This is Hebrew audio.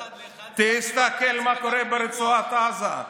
זה גם לא אחד לאחד, תסתכל מה קורה ברצועת עזה.